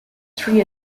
three